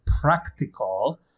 practical